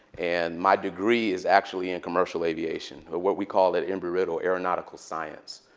and my degree is actually in commercial aviation, or what we call at embry-riddle aeronautical science.